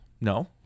No